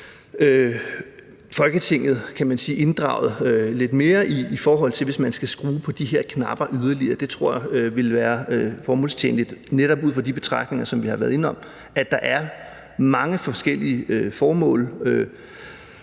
Folketinget inddraget lidt mere, hvis man skal skrue yderligere på de her knapper. Det tror jeg vil være formålstjenligt, netop ud fra de betragtninger, som vi har været inde på, altså at der er mange forskellige formål.